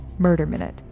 MurderMinute